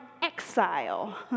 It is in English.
exile